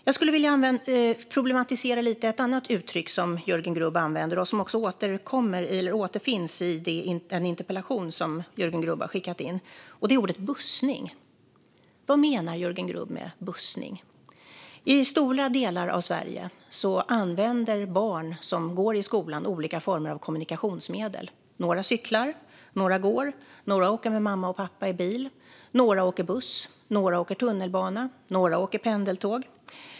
Jag skulle även vilja problematisera ett annat uttryck som Jörgen Grubb använder och som också återfinns i den interpellation som Jörgen Grubb har skickat in, och det är ordet "bussning". Vad menar Jörgen Grubb med bussning? I stora delar av Sverige använder barn som går i skolan olika former av kommunikationsmedel. Några cyklar, några går, några åker med mamma och pappa i bil, några åker buss, några åker tunnelbana och några åker pendeltåg.